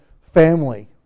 family